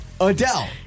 Adele